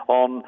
on